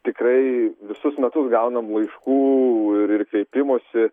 tikrai visus metus gaunam laiškų ir kreipimosi